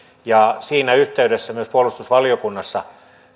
siinä yhteydessä myös puolustusvaliokunnassa